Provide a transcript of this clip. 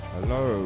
Hello